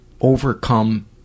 overcome